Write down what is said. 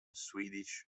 swedish